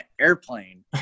airplane